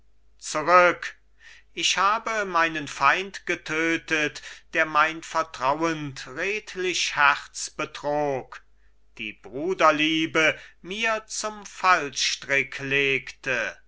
tretend zurück ich habe meinen feind getödtet der mein vertrauend redlich herz betrog die bruderliebe mir zum fallstrick legte